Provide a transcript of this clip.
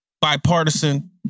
Bipartisan